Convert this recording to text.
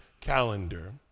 calendar